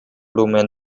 woman